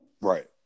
Right